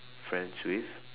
friends with